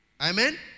Amen